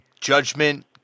Judgment